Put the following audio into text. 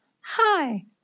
Hi